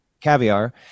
caviar